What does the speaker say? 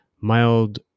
mild